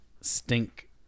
stink